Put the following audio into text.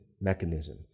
mechanism